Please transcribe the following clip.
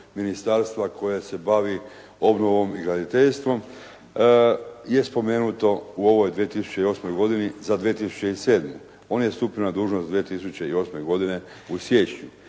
ministarstva koje se bavi obnovom i graditeljstvom je spomenuto u ovoj 2008. godini za 2007. On je stupio na dužnost 2008. godine u siječnju.